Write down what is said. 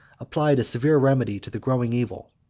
applied a severe remedy to the growing evil.